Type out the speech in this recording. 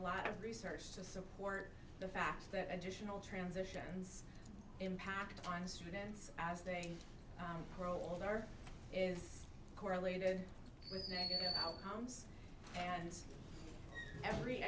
lot of research to support the fact that additional transitions impact on students as they grow older is correlated with negative outcomes and